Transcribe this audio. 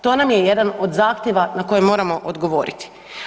To nam je jedan od zahtjeva na koji moramo odgovoriti.